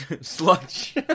Sludge